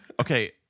Okay